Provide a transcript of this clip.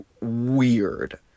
weird